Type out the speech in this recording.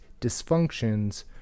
dysfunctions